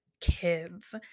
kids